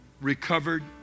recovered